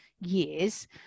years